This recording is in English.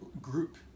group